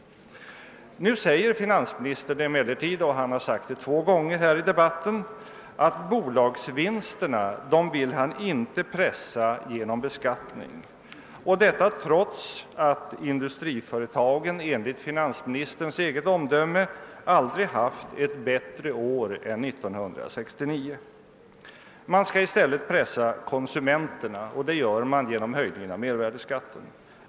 Nu säger finansministern emellertid — han har sagt det två gånger här i debatten — att bolagsvinsterna vill man inie pressa genom beskattning, trots att industriföretagen enligt finansministerns eget omdöme aldrig haft ett bättre år än 1969. Man skall i stället pressa konsumenterna, och det gör man genom höjning av mervärdeskatten.